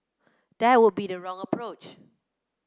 that would be the wrong approach